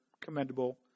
commendable